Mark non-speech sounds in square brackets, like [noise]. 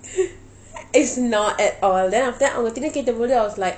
[noise] it's not at all then after that அவங்க திருப்பி கேட்கும் போது:avanka thiruppi ketkum pothu I was like